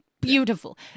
beautiful